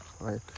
Right